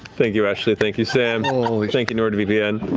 thank you, ashley, thank you, sam. thank you, nordvpn.